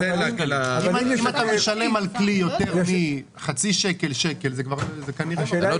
אם אתה משלם עבור כלי יותר משקל כנראה שזה כבר לא